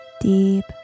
deep